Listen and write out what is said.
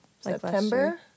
September